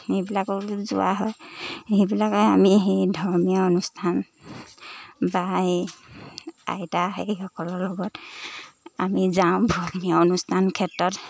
এইবিলাকো যোৱা হয় সেইবিলাকে আমি সেই ধৰ্মীয় অনুষ্ঠান বা এই আইতা সেইসকলৰ লগত আমি যাওঁ ধৰ্মীয় অনুষ্ঠানৰ ক্ষেত্ৰত